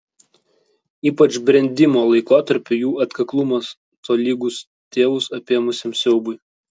ypač brendimo laikotarpiu jų atkaklumas tolygus tėvus apėmusiam siaubui